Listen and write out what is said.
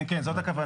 כן, כן, זאת הכוונה.